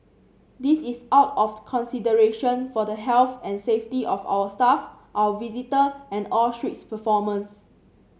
this is out of consideration for the health and safety of our staff our visitor and all street performers